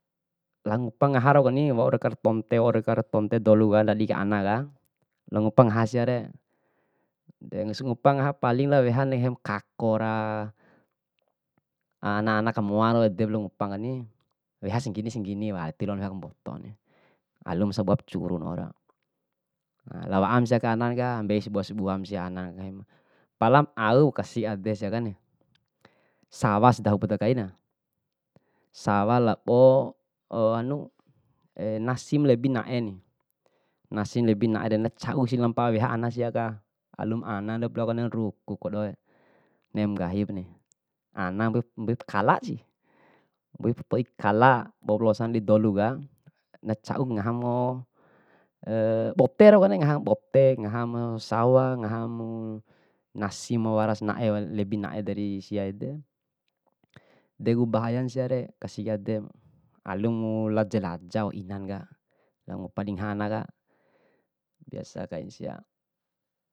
Ra ngupa ra ngaha kani, waurdeka ponte, waurdeka ponte dolu ndadi kai ana ka, lao ngupa ra ngaha siare. De ne'esi ngupa ngaha, paling lao weha na kako ra, ana ana kamoa ede lao ngupanani, weha sanggini sanggini wa wati loana weha kambotoni, alum sabuap curun waora, loa wa'am sia aka anaka, mbei saboa saboa ana nggahim. Palam au kasi ade kai siakani, sawa si dahu poda kaina, sawa labo anu nasi ma lebi naeni, nasi lebi naere na ca'u ma mpa'a weha ana siaka, alum anana indopu loa konena ruku kodee, neem nggahipani, ana mbuip mbuip kalasi, mbui to'i kala, boupa losa di doluka, nacau ngaham ngo bote rau kani ngaham bote, ngahamu sawa, ngahamu nasi ma wara senae, lebi nae dari siaede, edeku bahamu siare kasi ademu, alummu lao jelaja inaka, lao ngupa dingaha anaka, biasa kain sia.